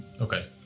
Okay